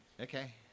Okay